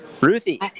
Ruthie